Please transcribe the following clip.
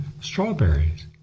strawberries